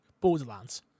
Borderlands